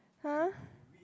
!huh!